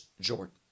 Jordan